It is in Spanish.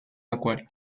acuario